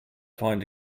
find